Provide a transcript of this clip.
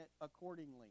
accordingly